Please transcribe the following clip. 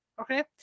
okay